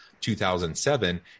2007